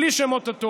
בלי שמות התואר.